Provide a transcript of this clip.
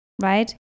right